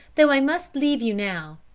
though i must leave you now.